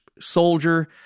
soldier